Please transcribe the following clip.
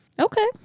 Okay